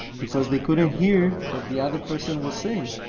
because they couldn't hear what the other person was saying,